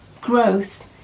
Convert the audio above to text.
growth